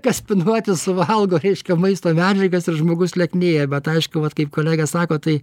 kaspinuotis suvalgo reiškia maisto medžiagas ir žmogus lieknėja bet aiškiau vat kaip kolegė sako tai